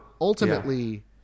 ultimately